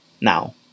now